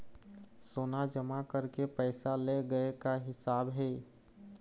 सोना जमा करके पैसा ले गए का हिसाब हे?